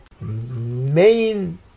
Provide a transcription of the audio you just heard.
Main